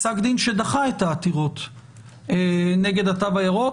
פסק דין שדחה את עתירות נגד התו הירוק.